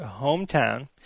hometown